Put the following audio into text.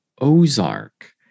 Ozark